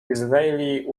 israeli